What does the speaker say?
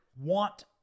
want